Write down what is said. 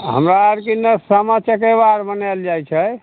हमरा आरके ने सामा चकेबा आर मनाएल जाइत छै